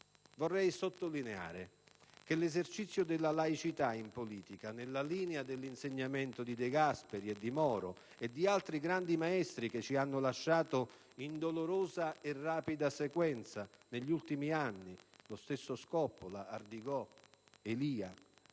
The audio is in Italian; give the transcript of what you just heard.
Vorrei sottolineare che l'esercizio della laicità in politica - nella linea dell'insegnamento di De Gasperi e Moro e di altri grandi maestri che ci hanno lasciato in dolorosa e rapida sequenza negli ultimi anni: lo stesso Scoppola, Ardigò, Elia